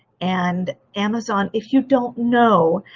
and amazon, if you don't know,